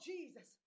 Jesus